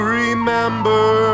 remember